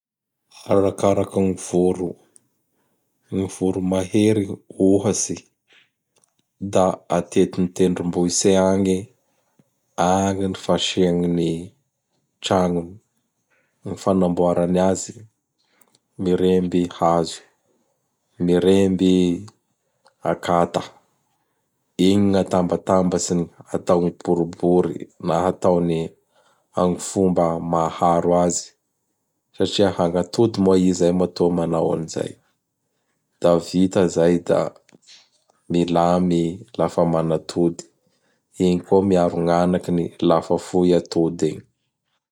Arakaraky ny voro! Gny Voromahery ohatsy da atetin'ny tendrimboatsy agny, agny ny fasiany ny tragnony. Ny fagnamboarany azy? Miremby i hazo, miremby i akata, igny gny atambatambatsiny ataony boribory na ataony amin'ny fomba mahaharo azy satria hagnatody moa i izay matoa manao an'izay. Da vita izay da milamy i lafa manatody. Igny koa miaro ny agnakiny lafa fohy atody igny.